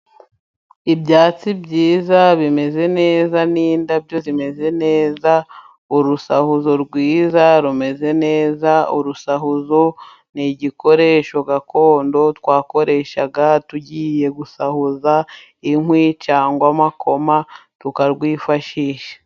Ibyatsi byiza bimeze neza n'indabo zimeze neza, urusahuzo rwiza rumeze neza ,urusahuzo ni igikoresho gakondo twakoreshaga tugiye gusahuza inkwi cyangwa amakoma tukarwifashisha.